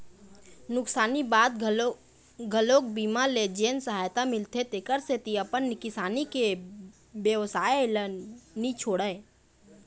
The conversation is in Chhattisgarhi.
नुकसानी बाद घलोक बीमा ले जेन सहायता मिलथे तेखर सेती अपन किसानी के बेवसाय ल नी छोड़य